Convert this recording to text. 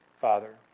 Father